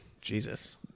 Jesus